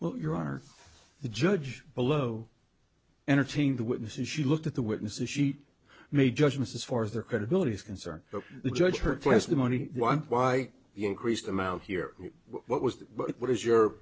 well you are the judge below entertain the witnesses you looked at the witnesses sheet made judgments as far as their credibility is concerned the judge her place the money why why the increased amount here what was what is your